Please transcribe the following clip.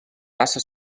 passa